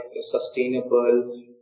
sustainable